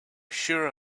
sure